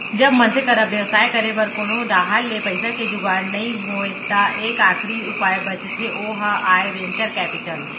जब मनसे करा बेवसाय करे बर कोनो डाहर ले पइसा के जुगाड़ नइ होय त एक आखरी उपाय बचथे ओहा आय वेंचर कैपिटल